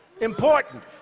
important